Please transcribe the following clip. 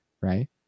right